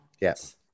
Yes